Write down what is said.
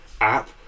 app